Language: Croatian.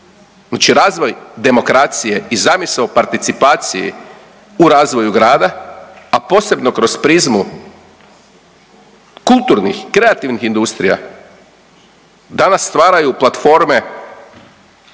razvoj demokracije i zamisao u participaciji u razvoju grada, a posebno kroz prizmu kulturnih, kreativnih industrija danas stvaraju platforme